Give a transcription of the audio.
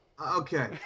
Okay